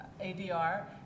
ADR